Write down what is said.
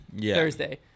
Thursday